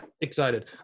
Excited